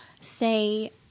say